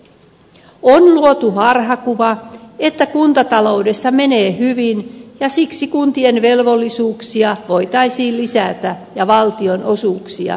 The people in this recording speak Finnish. on luotu harhakuva että kuntataloudessa menee hyvin ja siksi kuntien velvollisuuksia voitaisiin lisätä ja valtionosuuksia karsia